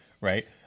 right